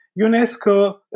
UNESCO